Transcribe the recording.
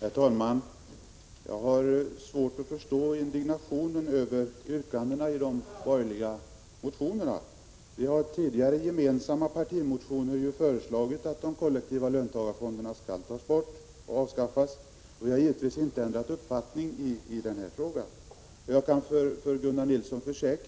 Herr talman! Jag har svårt att förstå indignationen över yrkandena i de borgerliga motionerna. Vi har ju tidigare i gemensamma partimotioner föreslagit att de kollektiva löntagarfonderna skall avskaffas, och vi har givetvis inte ändrat uppfattning i den frågan. Jag kan försäkra Gunnar Nilsson